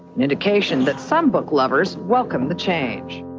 an indication that some book lovers welcome the change